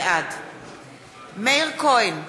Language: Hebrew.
בעד מאיר כהן,